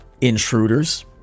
intruders